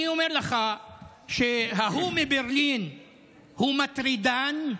אני אומר לך שההוא מברלין הוא מטרידן,